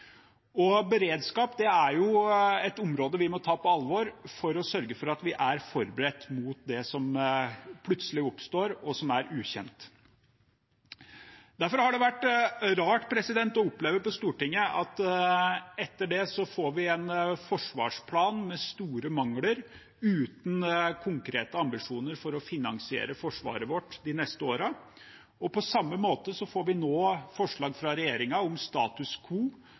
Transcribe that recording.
og har fortsatt – en stor felles sikkerhetsutfordring med å håndtere ettervirkningene av et virusutbrudd som ingen hadde sett for seg. Beredskap er jo et område vi må ta på alvor for å sørge for at vi er forberedt på det som plutselig oppstår, og som er ukjent. Derfor har det vært rart å oppleve på Stortinget at vi etter det får en forsvarsplan med store mangler og uten konkrete ambisjoner for å finansiere forsvaret vårt de neste årene. På samme måte får vi nå